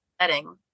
setting